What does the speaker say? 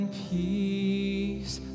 peace